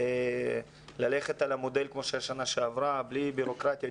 צריך ללכת על המודל שהיה כמו בשנה שעברה בלי בירוקרטיה,